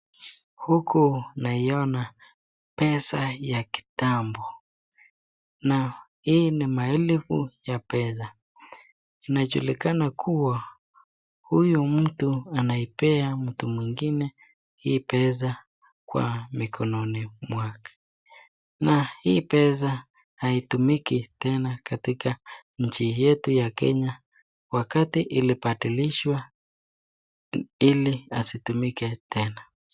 Huku naiona pesa ya kitambo na hii ni maelfu ya pesa inajulikana kuwa huyu mtu anampea mtu mwingine hii pesa kwa mikononi mwake na hii pesa haitumiki tena katika nchi yetu ya kenya wakati ilibadilishwa ili isitumike tena.